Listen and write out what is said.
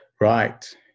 Right